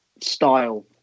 style